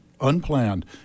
unplanned